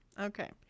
Okay